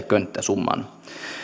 könttäsumman